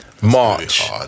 March